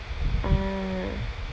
ah